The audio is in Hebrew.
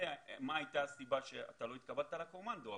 ומה הייתה הסיבה שאתה לא התקבלת לקומנדו,